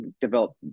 develop